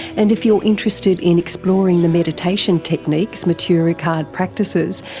and if you're interested in exploring the meditation techniques matthieu ricard practices,